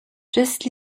just